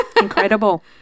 incredible